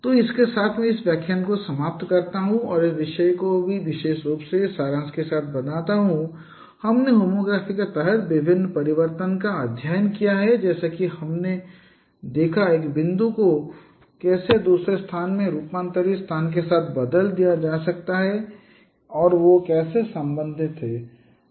तो इसके साथ मैं इस व्याख्यान को समाप्त करता हूं और इस विषय को भी विशेष रूप से इस सारांश के साथ बताता हूं कि हमने होमोग्राफी के तहत विभिन्न परिवर्तन का अध्ययन किया है जैसे कि हमने अध्ययन किया कि कैसे एक बिंदु को दूसरे स्थान में रूपांतरित स्थान के साथ बदल दिया जा सकता है कि वे कैसे संबंधित हैं